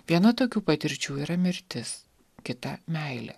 viena tokių patirčių yra mirtis kita meilė